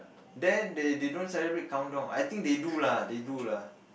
there they they don't celebrate countdown I think they do lah they do lah